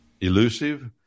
elusive